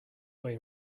way